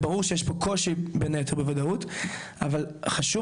ברור שיש פה קושי בין היתר בוודאות אבל חשוב